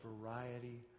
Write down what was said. variety